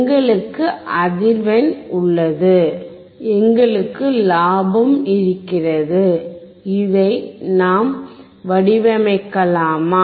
எங்களுக்கு அதிர்வெண் உள்ளது எங்களுக்கு லாபம் இருக்கிறது இதை நாம் வடிவமைக்கலாமா